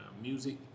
music